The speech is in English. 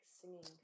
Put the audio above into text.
singing